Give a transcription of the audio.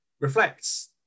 reflects